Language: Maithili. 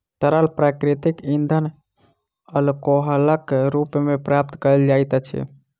तरल प्राकृतिक इंधन अल्कोहलक रूप मे प्राप्त कयल जाइत अछि